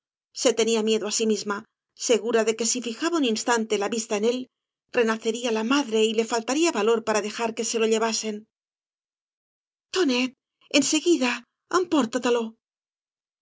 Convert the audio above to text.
se tenía miedo á sí misma segura de que si ajaba un instante la vista en él renacería la madre y le faltaría valor para dejar que se lo llevasen tonet en